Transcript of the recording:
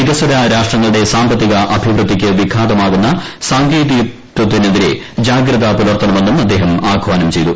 വികസ്വര രാഷ്ട്രങ്ങളുടെ സാമ്പത്തിക അഭിവൃദ്ധിക്ക് വിഘാതമാകുന്ന സാങ്കേതികത്വത്തിനെതിരെ ജാഗ്രത പുലർത്തണമെന്നും അദ്ദേഹം ആഹ്വാനം ചെയ്തു